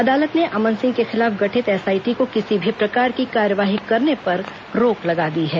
अदालत ने अमन सिंह के खिलाफ गठित एसआईटी को किसी भी प्रकार की कार्यवाही करने पर रोक लगा दी है